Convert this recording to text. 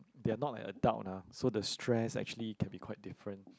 they are not like adult ah so the stress actually can be quite different